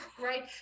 right